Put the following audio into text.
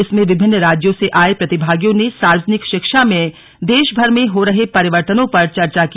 इसमें विभिन्न राज्यों से आए प्रतिभागियों ने सार्वजनिक शिक्षा में देशभर में हो रहे परिवर्तनों पर चर्चा की